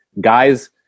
guys